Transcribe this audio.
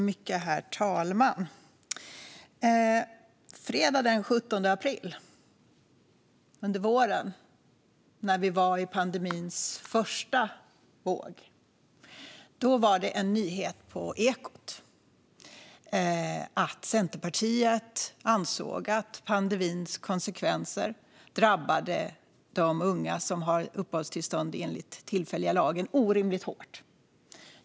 Herr talman! När vi under våren befann oss i pandemins första våg fanns det fredagen den 17 april en nyhet på Ekot som handlade om att Centerpartiet ansåg att pandemins konsekvenser orimligt hårt drabbade de unga som hade uppehållstillstånd enligt den tillfälliga lagen.